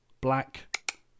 black